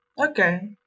okay